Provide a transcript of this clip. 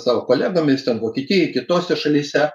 savo kolegomis ten vokietijoj kitose šalyse